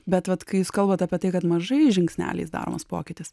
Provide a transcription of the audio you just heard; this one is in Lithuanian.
bet vat kai jūs kalbat apie tai kad mažais žingsneliais daromas pokytis